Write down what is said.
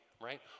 right